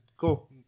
Cool